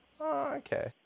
okay